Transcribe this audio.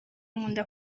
nkunda